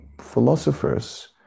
philosophers